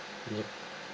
yup